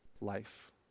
life